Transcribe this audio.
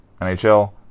NHL